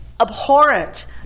abhorrent